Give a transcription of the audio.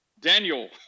Daniel